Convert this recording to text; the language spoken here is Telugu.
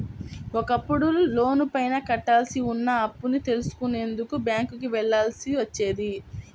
ఒకప్పుడు లోనుపైన కట్టాల్సి ఉన్న అప్పుని తెలుసుకునేందుకు బ్యేంకుకి వెళ్ళాల్సి వచ్చేది